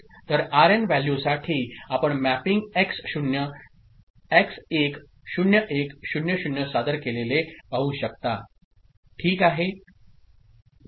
तर आरएन व्हॅल्यूसाठी आपण मॅपिंग एक्स 0 एक्स 1 0 1 0 0 सादर केलेले पाहू शकता ओके